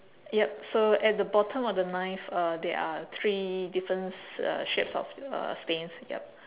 yup so at the bottom of the knife uh there are three difference uh shapes of uh stains yup